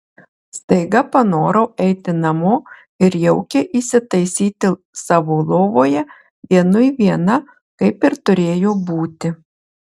staiga panorau eiti namo ir jaukiai įsitaisyti savo lovoje vienui viena kaip ir turėjo būti